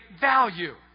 value